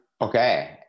Okay